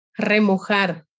Remojar